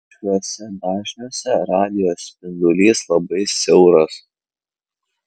šiuose dažniuose radijo spindulys labai siauras